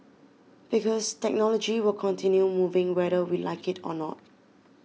because technology will continue moving whether we like it or not